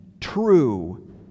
true